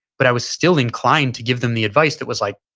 but i was still inclined to give them the advice that was like,